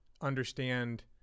understand